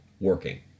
working